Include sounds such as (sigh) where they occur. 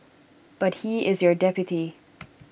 but he is your deputy (noise)